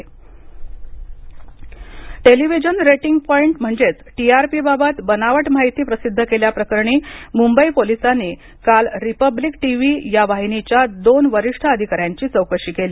बनावट TRP television rating point म्हणजेच टीआरपीबाबत बनावट माहिती प्रसिद्ध केल्या प्रकरणी मुंबई पोलिसांनी काल रिपब्लिक टीव्ही या वाहिनीच्या दोन वरिष्ठ अधिकाऱ्यांची चौकशी केली